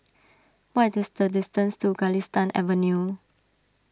what is the distance to Galistan Avenue